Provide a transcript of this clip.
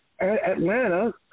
Atlanta –